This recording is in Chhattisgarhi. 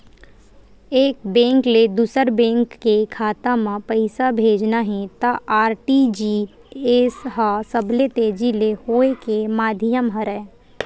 एक बेंक ले दूसर बेंक के खाता म पइसा भेजना हे त आर.टी.जी.एस ह सबले तेजी ले होए के माधियम हरय